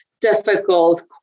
difficult